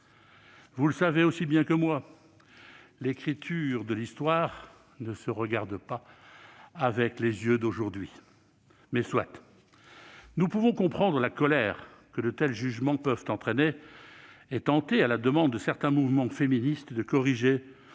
Vous le savez aussi bien que moi, mes chers collègues, l'écriture de l'histoire ne se regarde pas avec les yeux d'aujourd'hui, mais nous pouvons comprendre la colère que de tels jugements peuvent entraîner et tenter, à la demande de certains mouvements féministes, de corriger